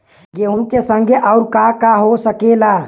गेहूँ के संगे आऊर का का हो सकेला?